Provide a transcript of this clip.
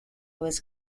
was